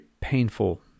painful